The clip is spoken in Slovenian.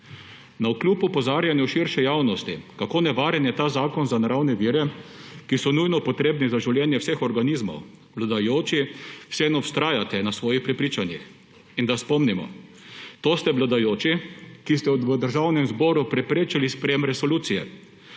Navkljub opozarjanju širše javnosti, kako nevaren je ta zakon za naravne vire, ki so nujno potrebni za življenje vseh organizmov, vladajoči vseeno vztrajate na svojih prepričanjih. In da spomnimo, to ste vladajoči, ki ste v Državnem zboru preprečili sprejetje resolucije,